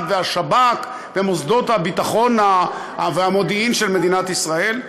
והשב"כ ומוסדות הביטחון והמודיעין של מדינת ישראל,